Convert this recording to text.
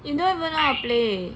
you don't even know how to play